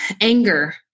anger